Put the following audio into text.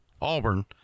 Auburn